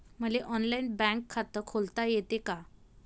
मले online bank खात खोलता येते का?